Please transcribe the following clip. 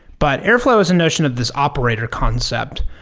but airflow is a notion of this operator concept,